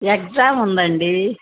exam ఉందండీ